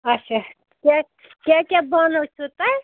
اچھا کیٛاہ کیٛاہ کیٛاہ بانہٕ ٲسِو تۄہہِ